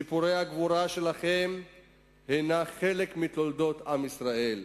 סיפורי הגבורה שלכם הם חלק מתולדות עם ישראל.